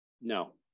no